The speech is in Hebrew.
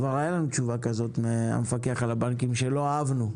כבר קיבלנו תשובה כזו מהמפקח על הבנקים שלא אהבנו.